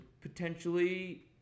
potentially